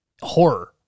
horror